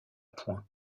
point